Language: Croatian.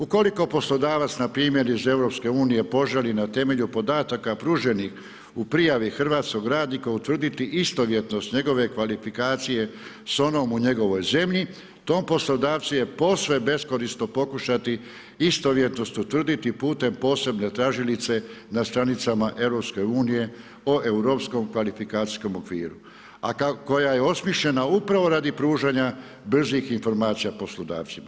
Ukoliko poslodavac npr. iz EU-a poželi na temelju podataka pruženih u prijavi hrvatskog radnika utvrditi istovjetnost njegove kvalifikacije s onom u njegovoj zemlji, tom poslodavcu je posve beskorisno pokušati istovjetnost utvrditi putem posebne tražilice na stranicama EU-a o Europskom kvalifikacijskom okviru a koja je osmišljena upravo radi pružanja bržih informacija poslodavcima.